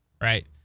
right